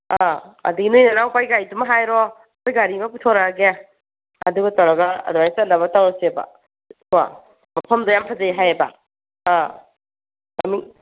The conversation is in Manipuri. ꯑꯥ ꯑꯗꯨꯗꯒꯤ ꯅꯣꯏ ꯅꯅꯥꯎꯅꯨꯄꯥꯒꯤ ꯒꯥꯔꯨꯗꯨꯃ ꯍꯥꯏꯔꯣ ꯑꯩꯈꯣꯏ ꯒꯥꯔꯤ ꯑꯃ ꯄꯨꯊꯣꯔꯛꯑꯒꯦ ꯑꯗꯨꯒ ꯇꯧꯔꯒ ꯑꯗꯨꯃꯥꯏꯅ ꯆꯠꯅꯕ ꯇꯧꯔꯁꯦꯕ ꯀꯣ ꯃꯐꯝꯗꯣ ꯌꯥꯝ ꯐꯖꯩ ꯍꯥꯏꯑꯦꯕ ꯑꯥ